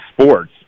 sports